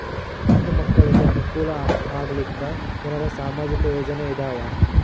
ಹೆಣ್ಣು ಮಕ್ಕಳಿಗೆ ಅನುಕೂಲ ಆಗಲಿಕ್ಕ ಏನರ ಸಾಮಾಜಿಕ ಯೋಜನೆ ಇದಾವ?